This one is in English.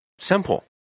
Simple